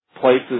places